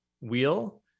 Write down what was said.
wheel